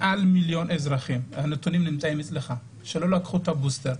המיליון שלא לקחו את הבוסטר,